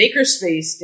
makerspace